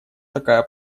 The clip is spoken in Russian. такая